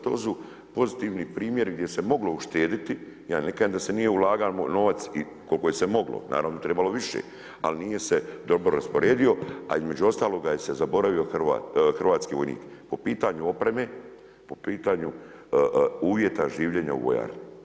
To su pozitivni primjeri gdje se moglo uštediti, ja ne kažem da se nije ulagao novac i koliko je se moglo, naravno trebalo je više, ali nije se dobro rasporedio, a između ostalog se zaboravio hrvatski vojnik po pitanju opreme, po pitanju uvjeta življenja u vojarni.